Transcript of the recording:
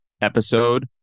episode